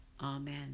Amen